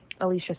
Alicia